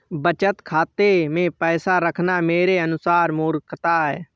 बचत खाता मैं पैसा रखना मेरे अनुसार मूर्खता है